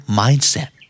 mindset